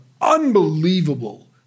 unbelievable